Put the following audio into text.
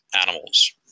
animals